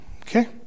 Okay